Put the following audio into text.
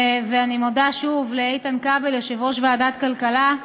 ואני מודה שוב לאיתן כבל, יושב-ראש ועדת הכלכלה,